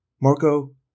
Marco